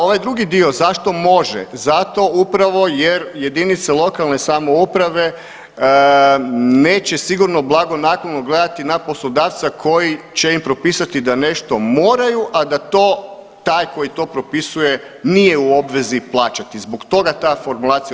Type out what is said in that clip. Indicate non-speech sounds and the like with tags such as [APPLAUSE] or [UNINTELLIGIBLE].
Ovaj drugi dio, zašto može, zato upravo jer jedinice lokalne samouprave neće sigurno blagonaklono gledati na poslodavca koji će im propisati da nešto moraju, a da to taj koji to propisuje nije u obvezi plaćati, zbog toga ta formulacija da može, a zakon sada prvi puta predviđa mogućnost pomoćnika, odnosno asistenata za ulazak u dječje vrtiće, isto kao i komunikacijske ... [UNINTELLIGIBLE] dakle može, zato je ta formulacija.